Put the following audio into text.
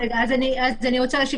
אז אני רוצה להשיב.